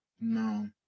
No